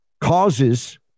causes